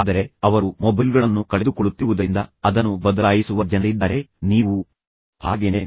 ಆದರೆ ಅವರು ಮೊಬೈಲ್ಗಳನ್ನು ಕಳೆದುಕೊಳ್ಳುತ್ತಿರುವುದರಿಂದ ಅದನ್ನು ಬದಲಾಯಿಸುವಜನರಿದ್ದಾರೆ ನೀವೂ ಹಾಗೇನೇ